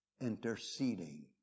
interceding